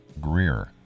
Greer